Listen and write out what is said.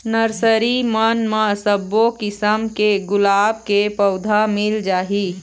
nursery मन म सब्बो किसम के गुलाब के पउधा मिल जाही